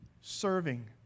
serving